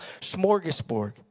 smorgasbord